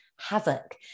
havoc